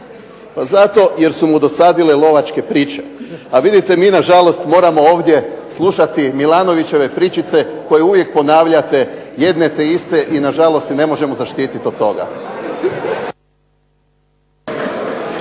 Zato jer su mu dosadile lovačke priče. A mi na žalost moramo ovdje slušati MIlanovićeve pričice koje uvijek ponavljate jedne te iste i na žalost se ne možemo zaštititi od toga.